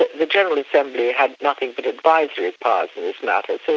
the general assembly had nothing but advisory powers in this matter, so